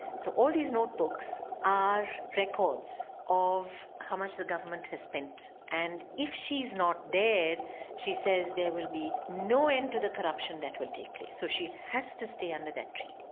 so all these notebooks are records of how much the government has spent and if she's not there she says there will be no end to the corruption that will take place. so she has to stay under that tree.